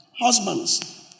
Husbands